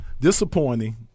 Disappointing